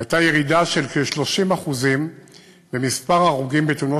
הייתה ירידה של כ-30% במספר ההרוגים בתאונות